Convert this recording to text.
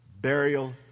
burial